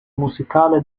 musicale